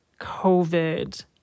COVID